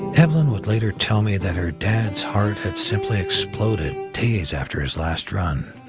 and evelyn would later tell me that her dad's heart had simply exploded days after his last run.